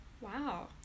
Wow